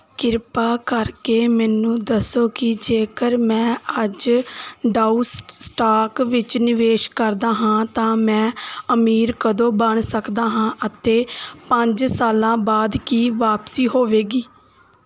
ਕਿਰਪਾ ਕਰਕੇ ਮੈਨੂੰ ਦੱਸੋ ਕਿ ਜੇਕਰ ਮੈਂ ਅੱਜ ਡਾਉ ਸਟਾਕ ਵਿੱਚ ਨਿਵੇਸ਼ ਕਰਦਾ ਹਾਂ ਤਾਂ ਮੈਂ ਅਮੀਰ ਕਦੋਂ ਬਣ ਸਕਦਾ ਹਾਂ ਅਤੇ ਪੰਜ ਸਾਲਾਂ ਬਾਅਦ ਕੀ ਵਾਪਸੀ ਹੋਵੇਗੀ